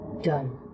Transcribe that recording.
done